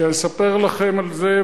שאני אספר לכם עליה,